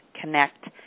connect